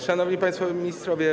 Szanowni Państwo Ministrowie!